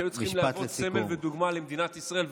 שהיו צריכים להוות סמל ודוגמה למדינת ישראל,